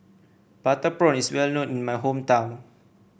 Butter Prawn is well known in my hometown